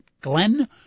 Glenn